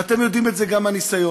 ואתם יודעים את זה גם מהניסיון.